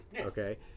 Okay